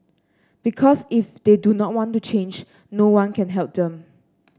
because if they do not want to change no one can help them